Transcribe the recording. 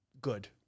good